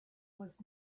was